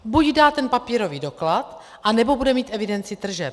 Buď dá ten papírový doklad, anebo bude mít evidenci tržeb.